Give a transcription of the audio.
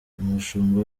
umushumba